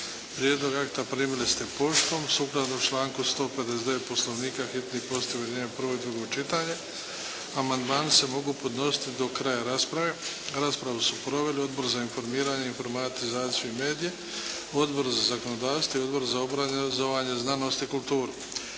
Prijedlog akta primili ste poštom. Sukladno članku 159. Poslovnika hitni postupak objedinjuje prvo i drugo čitanje. Amandmani se mogu podnositi do kraja rasprave. Raspravu su proveli Odbor za informiranje, informatizaciju i medije, Odbor za zakonodavstvo i Odbor za obrazovanje, znanost i kulturu.